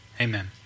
amen